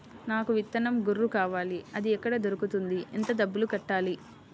నాకు విత్తనం గొర్రు కావాలి? అది ఎక్కడ దొరుకుతుంది? ఎంత డబ్బులు కట్టాలి?